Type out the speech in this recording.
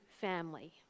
family